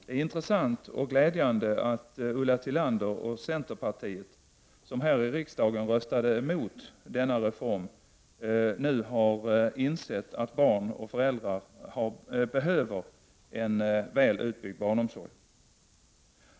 Det är intressant och glädjande att Ulla Tillander och centerpartiet, som här i riksdagen röstade emot denna reform, nu har insett att barn och föräldrar behöver en väl utbyggd barnomsorg.